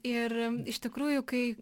ir iš tikrųjų kai